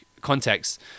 context